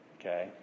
okay